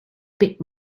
bit